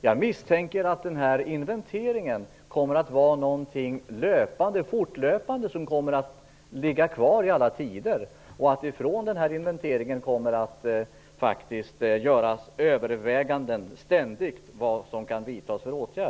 Jag misstänker att inventeringen kommer att pågå fortlöpande och ligga kvar i alla tider och att vi utifrån inventeringen ständigt kommer att göra överväganden om vilka åtgärder som kan vidtas.